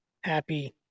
happy